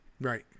right